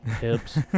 hips